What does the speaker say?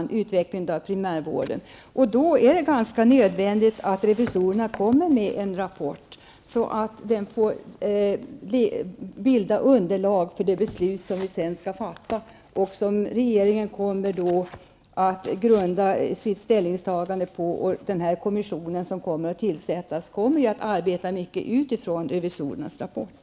Då var det nödvändigt att revisorerna kom med en rapport, som får bilda uderlag för de beslut som vi skall fatta och som regeringen kommer grunda sitt ställningstagande på. Den kommission som skall tillsättas kommer i stor utsträckning att arbeta utifrån revisorernas rapport.